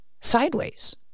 sideways